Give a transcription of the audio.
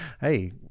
hey